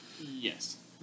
Yes